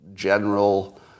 general